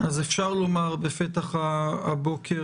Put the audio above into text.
אפשר לומר בפתח הבוקר,